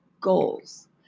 goals